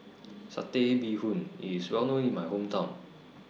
Satay Bee Hoon IS Well known in My Hometown